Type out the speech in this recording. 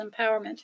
empowerment